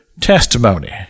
testimony